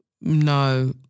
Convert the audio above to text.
no